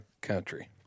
country